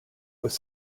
was